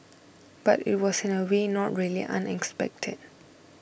but it was in a way not really unexpected